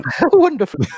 Wonderful